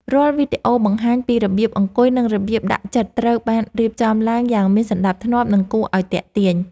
រាល់វីដេអូបង្ហាញពីរបៀបអង្គុយនិងរបៀបដាក់ចិត្តត្រូវបានរៀបចំឡើងយ៉ាងមានសណ្តាប់ធ្នាប់ និង គួរឱ្យទាក់ទាញ។